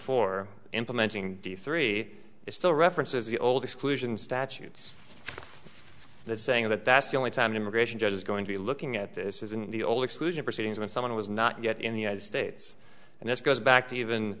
four implementing d three is still references the old exclusion statutes the saying that that's the only time an immigration judge is going to be looking at this is in the old exclusion proceedings when someone was not yet in the united states and this goes back to even